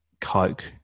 Coke